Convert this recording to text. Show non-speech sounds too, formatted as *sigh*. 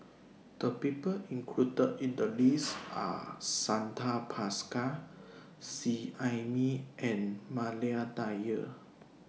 The People included in The list Are *noise* Santha Bhaskar Seet Ai Mee and Maria Dyer